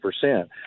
percent